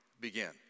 begin